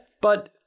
but-